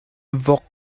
vok